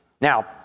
Now